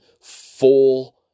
full